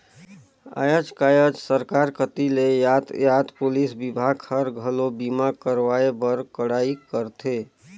आयज कायज सरकार कति ले यातयात पुलिस विभाग हर, घलो बीमा करवाए बर कड़ाई करथे